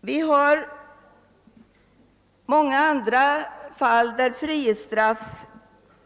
Vi har många andra fall där frihetsstraff